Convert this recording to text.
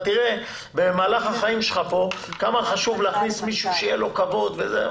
אתה תראה במהלך החיים שלך פה כמה חשוב להכניס מישהו שיהיה לו כבוד וזה.